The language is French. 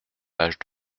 page